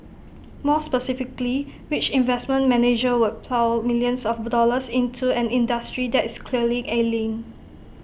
more specifically which investment manager would plough millions of dollars into an industry that is clearly ailing